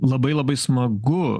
labai labai smagu